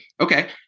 Okay